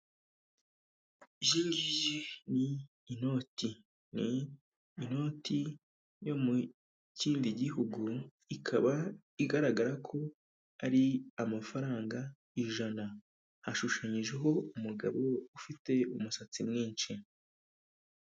Iyi ngiyi ni inoti, ni inoti yo mu kindi gihugu ikaba igaragara ko ari amafaranga ijana ashushanyijeho umugabo ufite umusatsi mwinshi.